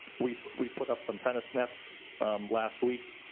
we we put up some tennis nets last week,